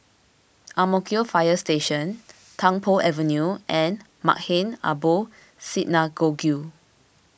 Ang Mo Kio Fire Station Tung Po Avenue and Maghain Aboth Synagogue